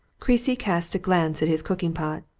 creasy cast a glance at his cooking pot,